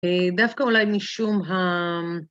דווקא אולי משום ה...